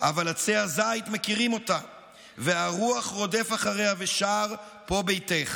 אבל עצי הזית מכירים אותה / והרוח רודף אחריה ושר: / פה ביתך.